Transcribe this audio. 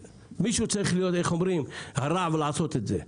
מישהו צריך להחיות הרע ולעשות את זה.